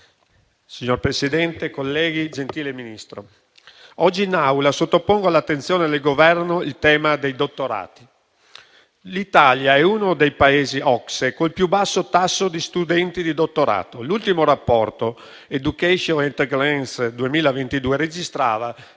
Signor Presidente, colleghi, gentile Ministro, oggi in Aula sottopongo all'attenzione del Governo il tema dei dottorati. L'Italia è uno dei Paesi OCSE con il più basso tasso di studenti di dottorato. L'ultimo rapporto Education at a Glance 2022 registrava,